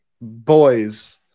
Boys